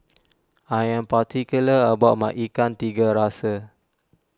I am particular about my Ikan Tiga Rasa